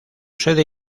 sede